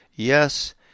Yes